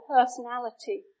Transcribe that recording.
personality